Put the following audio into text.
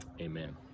Amen